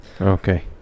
Okay